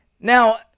Now